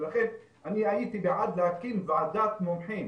לכן אני הייתי בעד להקים ועדת מומחים